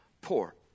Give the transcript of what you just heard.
poor